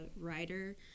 writer